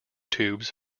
tubes